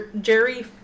Jerry